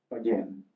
Again